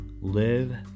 live